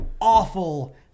awful